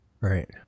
Right